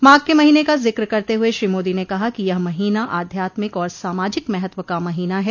माघ के महीने का जिक्र करते हुए श्री मोदी ने कहा कि यह महीना आध्यात्मिक और सामाजिक महत्व का महीना है